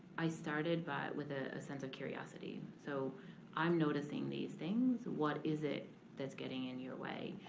i started but with a sense of curiosity. so i'm noticing these things. what is it that's getting in your way.